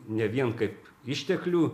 ne vien kaip išteklių